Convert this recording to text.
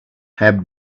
have